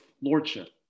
lordship